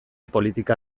politika